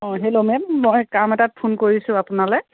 অঁ hello ma'am মই কাম এটাত ফোন কৰিছোঁ আপোনালৈ